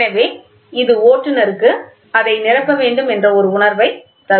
எனவே இது ஓட்டுநருக்கு அதை நிரப்ப வேண்டும் என்ற ஒரு உணர்வைத் தரும்